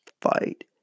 fight